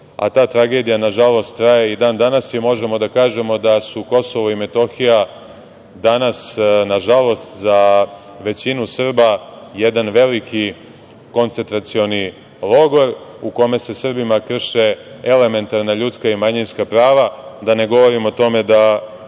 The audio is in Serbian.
tragedija, nažalost, traje i dan-danas. Možemo da kažemo da su Kosovo i Metohija danas, nažalost, za većinu Srba jedan veliki koncentracioni logor, u kome se Srbima krše elementarna ljudska i manjinska prava, da ne govorim o tome da